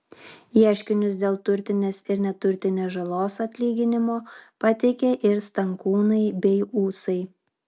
ieškinius dėl turtinės ir neturtinės žalos atlyginimo pateikė ir stankūnai bei ūsai